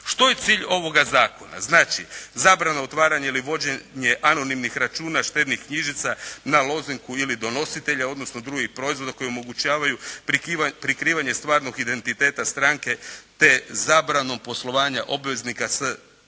Što je cilj ovoga zakona? Znači, zabrana otvaranja ili vođenje anonimnih računa štednih knjižica na lozinku ili donositelja odnosno drugih proizvoda koji omogućavaju prikrivanje stvarnog identiteta stranke te zabranu poslovanja obveznika s